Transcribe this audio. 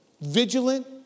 vigilant